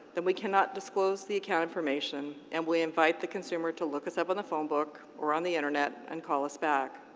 then we cannot disclose the account information and we invite the consumer to look us up in the phone book, or on the internet, and call us back.